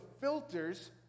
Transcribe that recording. filters